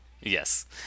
Yes